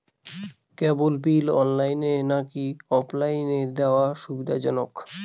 কেবল bill অনলাইনে নাকি অফলাইনে দেওয়া সুবিধাজনক?